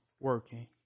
working